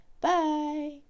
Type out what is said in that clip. Bye